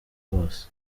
bose